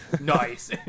nice